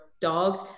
Dogs